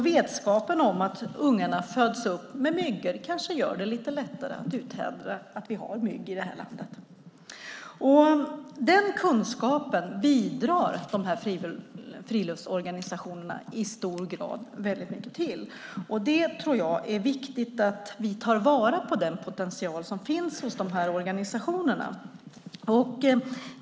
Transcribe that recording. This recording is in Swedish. Vetskapen om att ungarna föds upp på myggor kanske gör det lite lättare att uthärda att vi har mygg i det här landet. Den kunskapen bidrar de här friluftsorganisationerna väldigt mycket till. Jag tror att det är viktigt att vi tar vara på den potential som finns hos de här organisationerna.